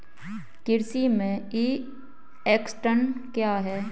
कृषि में e extension क्या है?